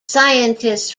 scientists